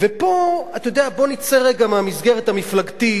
ופה, אתה יודע, בוא נצא רגע מהמסגרת המפלגתית,